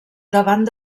davant